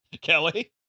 kelly